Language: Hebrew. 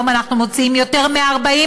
היום אנחנו מוציאים יותר מ-40%,